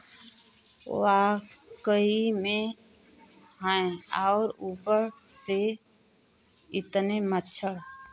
वाकई में हैं आओर ऊपर से इतने मच्छर